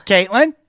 Caitlin